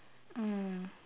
mm